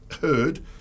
heard